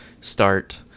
start